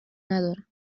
ندارم